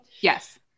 Yes